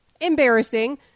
embarrassing